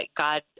God